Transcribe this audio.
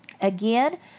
Again